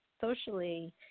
socially